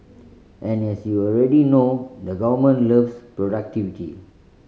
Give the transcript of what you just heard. and as you already know the government loves productivity